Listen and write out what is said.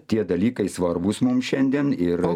tie dalykai svarbūs mums šiandien ir